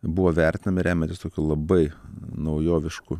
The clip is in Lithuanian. buvo vertinami remiantis tokiu labai naujovišku